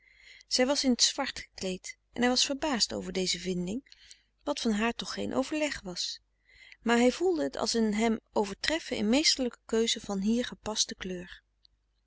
zij was in t zwart gekleed en hij was verbaasd over deze vinding wat van haar toch geen overleg was maar hij voelde het als een hem overtreffen in meesterlijke keuze van hier gepaste kleur